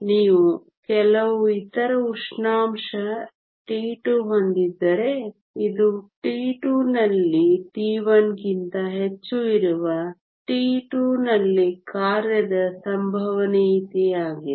ನೀವು ಕೆಲವು ಇತರ ಉಷ್ಣಾಂಶ T2 ಹೊಂದಿದ್ದರೆ ಇದು T2 ನಲ್ಲಿ T1 ಗಿಂತ ಹೆಚ್ಚು ಇರುವ T2 ನಲ್ಲಿ ಕಾರ್ಯದ ಸಂಭವನೀಯತೆಯಾಗಿದೆ